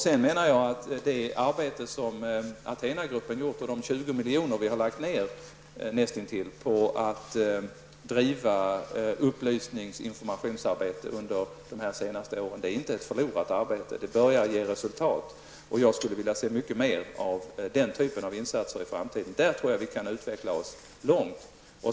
Sedan menar jag att det arbete som ATHENA gruppen gjort och de näst intill 20 miljoner som vi lagt ned på att driva upplysnings och informationsarbete under de senaste åren inte är ett förlorat arbete. Det börjar ge resultat. Jag skulle vilja se mycket mer av den typen av insatser i framtiden. Där tror jag att vi kan utveckla oss långt.